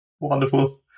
Wonderful